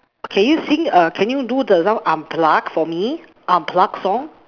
can you sing err can you do the some unplugged for me unplugged song